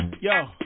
Yo